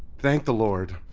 thank the lord.